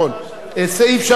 3,